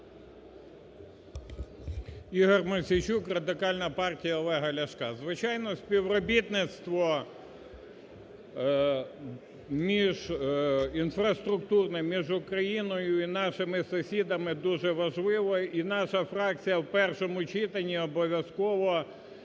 Ігор Мосійчук, Радикальна партія Олега Ляшка. Звичайно, співробітництво між інфраструктурними… між Україною і нашими сусідами дуже важливо, і наша фракція в першому читанні обов'язково